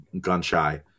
gun-shy